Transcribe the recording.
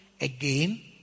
again